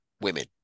women